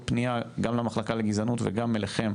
פנייה גם למחלקה לגזענות וגם אליכם